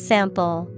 Sample